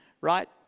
right